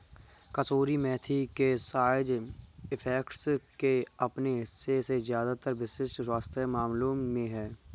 कसूरी मेथी के side effects के अपने हिस्से है ज्यादातर विशिष्ट स्वास्थ्य मामलों में है